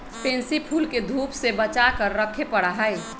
pansy फूल के धूप से बचा कर रखे पड़ा हई